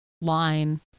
line